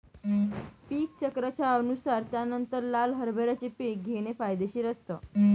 पीक चक्राच्या अनुसार त्यानंतर लाल हरभऱ्याचे पीक घेणे फायदेशीर असतं